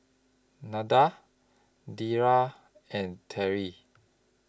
Nilda Deidre and Terrie